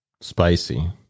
spicy